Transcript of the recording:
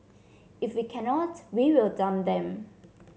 if we cannot we will dump them